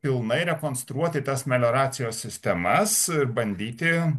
pilnai rekonstruoti tas melioracijos sistemas ir bandyti